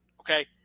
Okay